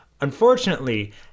unfortunately